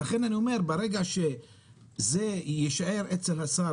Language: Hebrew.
כשזה נישאר אצל השר,